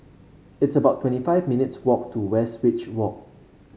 it's about twenty five minutes' walk to Westridge Walk